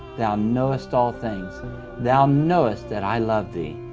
thou knowest all things thou knowest that i love thee.